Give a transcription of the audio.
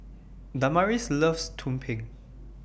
Damaris loves Tumpeng